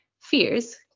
fears